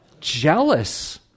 Jealous